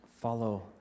follow